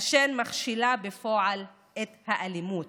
אשר מכשירה בפועל את האלימות.